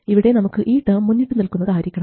ഇവിടെ നമുക്ക് ഈ ടേം മുന്നിട്ടുനിൽക്കുന്നതായിരിക്കണം